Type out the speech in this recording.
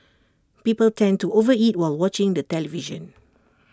people tend to overeat while watching the television